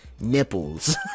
nipples